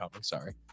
Sorry